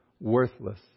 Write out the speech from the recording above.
worthless